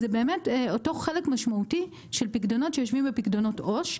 זה באמת אותו חלק משמעותי של פיקדונות שיושבים בפיקדונות עו"ש,